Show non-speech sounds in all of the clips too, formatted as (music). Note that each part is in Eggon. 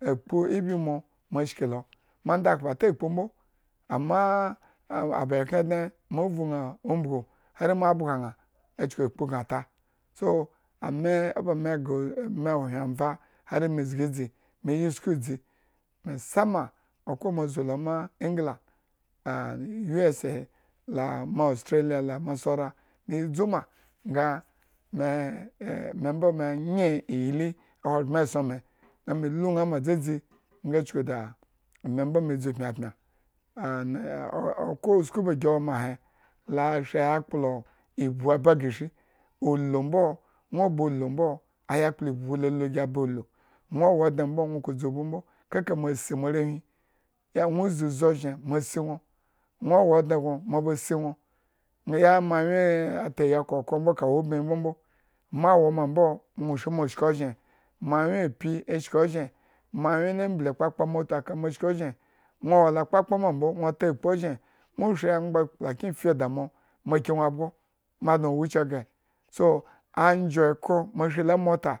Akpu ibi (noise) mo ma shki lo moandakhpo atakpu mbo ah ama aba ekhren dne mo vu naumbugu hari mo bga na chuku akpu bma ata so ame o oba me gre me hyen avan me zgi hari me yi usku edzi mai sama okhro moa zu lo ma england, and u. S. A laa moa ustrellia la mo sora me dzuma nga (hesitation) me mbo enye igli ahogbren essonme nga me lu na ma dzadzi nga chuku da me mbo nwo ba ulu nwo wo odne mbo nwo ko dzu vbu mbo kaka moa sii moarewhi a nwo zi ozi ozhen moa si nwo, nwo wo odne mobasi nwo nga moanwyen atayi ka okhro mbo ka wo ubmihi mbombo ma woma mbo nwo shri mo shki nozhen, nwo wola akpakpa ma mbo nwo atakpu ozhen nwo angba akpla kiyin fi oda mo mo ki nwo abgo dno wuce gre so anzho ekro mo shri lo amota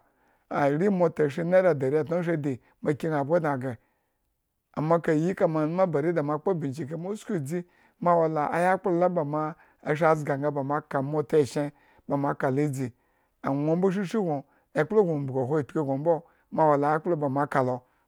are mota shri naira daritno shri, adi mo ki na abgo dna gre mo kayi kama lu mamokpo binjiri mbo usku edzi mo wola ayakplo la ba la ma ashri zga nga ba mo aka amotu eshen ba mo aka lo idzi anwo mbo shrishri gno ekplo gno mbgi hwo akpiki mbo mo ayakplo la ba mo aka lo